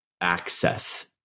access